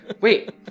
Wait